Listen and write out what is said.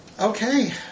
Okay